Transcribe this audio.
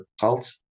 cult